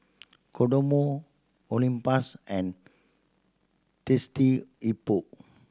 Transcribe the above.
Kodomo Olympus and Thirsty Hippo